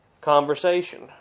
conversation